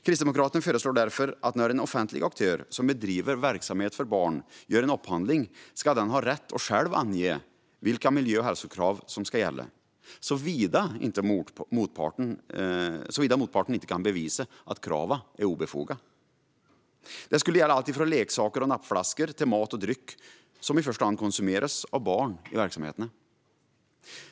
Kristdemokraterna föreslår därför att en offentlig aktör som bedriver verksamhet för barn och gör en upphandling ska ha rätt att själv ange vilka miljö och hälsokrav som ska gälla, såvida motparten inte kan bevisa att kraven är obefogade. Detta skulle gälla allt från leksaker och nappflaskor till mat och dryck som i första hand konsumeras av barn i verksamheterna.